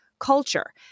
culture